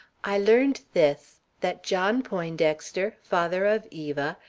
i learned this, that john poindexter, father of eva,